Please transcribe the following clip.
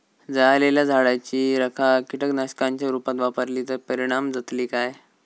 जळालेल्या झाडाची रखा कीटकनाशकांच्या रुपात वापरली तर परिणाम जातली काय?